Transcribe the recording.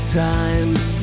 times